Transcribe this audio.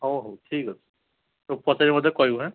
ହଉ ହଉ ଠିକ୍ ଅଛି ତୁ ପଚାରିକି ମୋତେ କହିବୁ ହେଁ